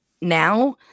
now